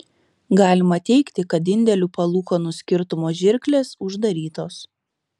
galima teigti kad indėlių palūkanų skirtumo žirklės uždarytos